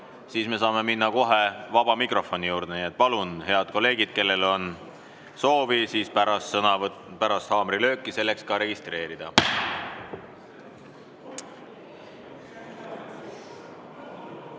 siis me saame minna kohe vaba mikrofoni juurde. Nii et palun, head kolleegid, kellel on soovi, siis pärast haamrilööki saab ka registreeruda.